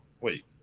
wait